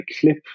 clip